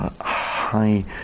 high